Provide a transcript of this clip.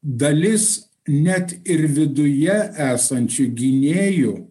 dalis net ir viduje esančių gynėjų